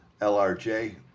LRJ